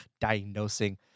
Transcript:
diagnosing